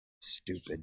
stupid